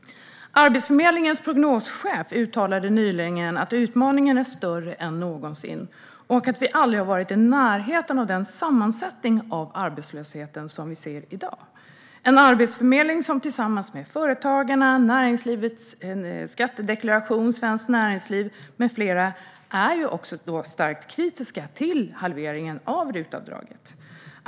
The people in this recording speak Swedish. Arbetsförmedlingens prognoschef uttalade nyligen att utmaningen är större än någonsin och att vi aldrig har varit i närheten av den sammansättning av arbetslösheten som vi ser i dag. Arbetsförmedlingen tillsammans med Företagarna, Näringslivets Skattedelegation, Svenskt Näringsliv med flera är också starkt kritiska till halveringen av RUT-avdraget.